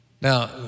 Now